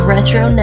Retro